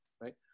right